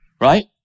Right